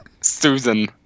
susan